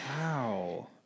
Wow